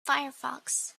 firefox